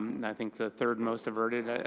and i think the third most diverted, ah